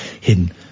hidden